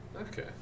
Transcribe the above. Okay